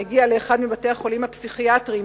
מגיע לאחד מבתי-החולים הפסיכיאטריים